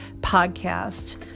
podcast